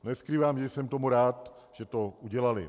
Neskrývám, že jsem tomu rád, že to udělali.